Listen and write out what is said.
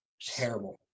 Terrible